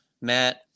Matt